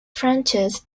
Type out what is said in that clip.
francis